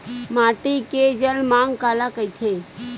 माटी के जलमांग काला कइथे?